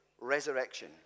resurrection